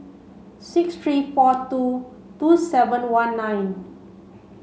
six three four two two seven one nine